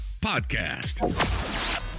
podcast